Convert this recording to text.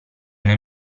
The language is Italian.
nel